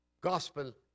gospel